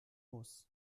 muss